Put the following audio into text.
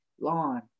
lawn